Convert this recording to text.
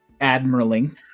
Admiraling